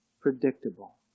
predictable